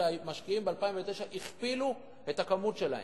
המשקיעים ב-2009 הכפילו את כמות העסקאות שלהם.